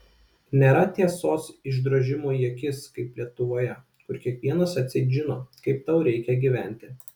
nėra tiesos išdrožimo į akis kaip lietuvoje kur kiekvienas atseit žino kaip tau reikia gyventi